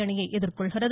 அணியை எதிர்கொள்கிறது